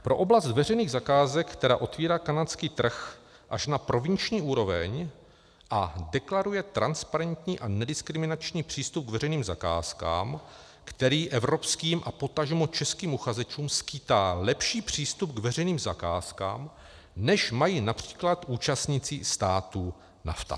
Pro oblast veřejných zakázek, která otevírá kanadský trh až na provinční úroveň a deklaruje transparentní a nediskriminační přístup k veřejným zakázkám, který evropským a potažmo českým uchazečům skýtá lepší přístup k veřejným zakázkám, než mají například účastníci států NAFTA.